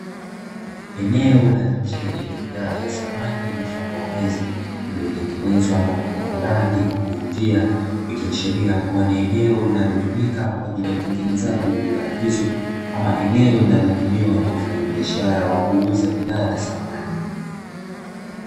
Eneo la chini lenye kuvutia la utengenezaji wa bidhaa za dhamani limejengwa na kutengenezwa vizuri kwa kuvutia eneo hilo linahashiria ni eneo la uuzaji wa thamani